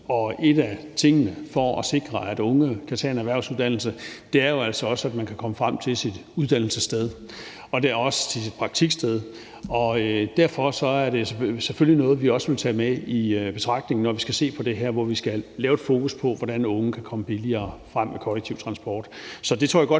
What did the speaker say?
flere unge til at tage en erhvervsuddannelse. Og en af tingene for at sikre, at unge kan tage en erhvervsuddannelse, er jo altså også, at de kan komme frem til deres uddannelsessted og praktiksted. Derfor er det selvfølgelig noget, vi også vil tage med i betragtning, når vi skal se på det her. Vi skal have fokus på, hvordan unge kan komme billigere frem med kollektiv transport. Så der tror jeg godt